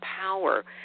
power